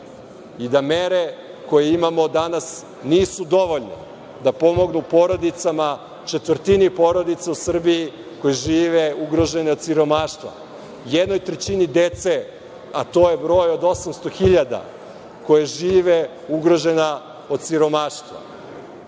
i da mere koje imamo danas nisu dovoljne da pomognu porodicama, četvrtini porodica u Srbiji koje žive ugrožene od siromaštva, jednoj trećini dece, a to je broj od 800.000, koje žive ugrožena od siromaštva.